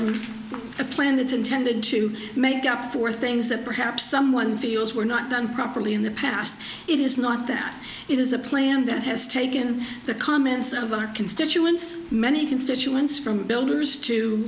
r a plan that's intended to make up for things that perhaps someone feels were not done properly in the past it is not that it is a plan that has taken the comments of our constituents many constituents from builders to